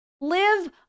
Live